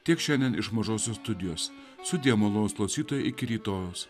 tiek šiandien iš mažosios studijos sudie malonūs klausytojai iki rytojaus